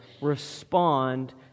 respond